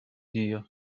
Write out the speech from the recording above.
нее